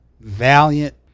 valiant